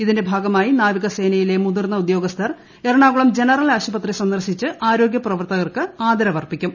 ഇതിന്റെ ഭാഗമായി നാ്പികസേനയിലെ മുതിർന്ന ഉദ്യോഗസ്ഥർ എറണാകുളം ജനറൽ ആശുപത്രി സന്ദർശിച്ച് ആരോഗൃ പ്രവർത്തകർക്ക് ആദരവ് അർപ്പിക്കും